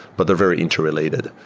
but they're very interrelated.